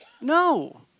No